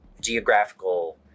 geographical